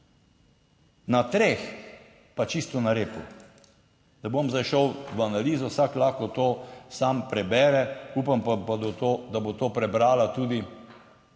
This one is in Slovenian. na treh pa čisto na repu. Ne bom zdaj šel v analizo, vsak lahko to sam prebere, upam pa, da bo to, da bo to prebrala tudi